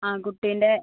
ആ കുട്ടീൻ്റ